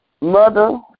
Mother